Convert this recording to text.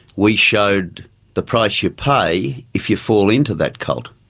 we showed the price you pay if you fall into that cult.